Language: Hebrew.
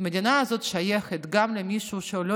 שהמדינה הזאת שייכת גם למישהו שהוא לא